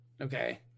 Okay